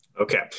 Okay